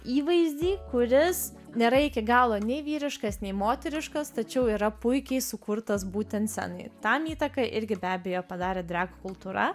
įvaizdį kuris nėra iki galo nei vyriškas nei moteriškas tačiau yra puikiai sukurtas būtent scenai tam įtaką irgi be abejo padarė drag kultūra